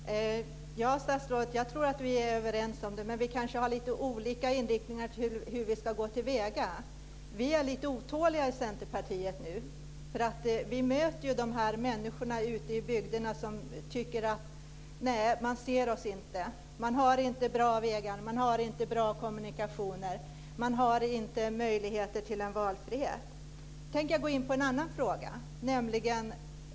Fru talman! Ja, statsrådet och jag är möjligen överens om detta, men vi kanske har lite olika inriktning när det gäller hur vi ska gå till väga. Vi är lite otåliga i Centerpartiet nu, för vi möter de här människorna ute i bygderna som tycker att man inte blir sedd. Man har inte bra vägar, man har inte bra kommunikationer. Man har inte möjligheter till valfrihet. Nu tänker jag gå in på en annan fråga.